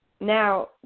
now